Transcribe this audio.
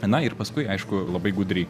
na ir paskui aišku labai gudriai